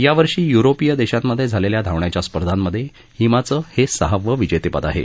यावर्षी युरोपीय देशांमधे झालेल्या धावण्याच्या स्पर्धांमधे हिमाचं हे सहावं विजेतेपद आहे